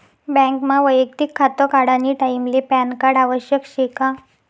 बँकमा वैयक्तिक खातं काढानी टाईमले पॅनकार्ड आवश्यक शे का?